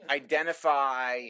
identify